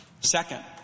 Second